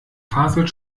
faselt